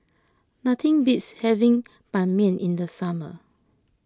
nothing beats having Ban Mian in the summer